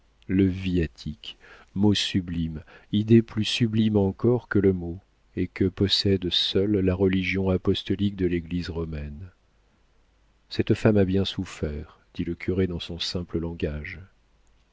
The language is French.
le viatique mot sublime idée plus sublime encore que le mot et que possède seule la religion apostolique de l'église romaine cette femme a bien souffert dit le curé dans son simple langage